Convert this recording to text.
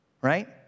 right